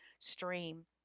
stream